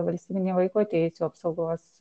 valstybinė vaiko teisių apsaugos